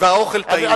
והאוכל טעים מאוד.